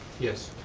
yes.